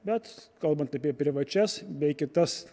bet kalbant apie privačias bei kitas